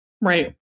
Right